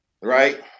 Right